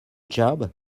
job